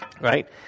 Right